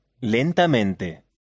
lentamente